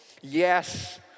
Yes